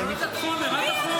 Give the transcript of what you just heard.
נחיה ונראה.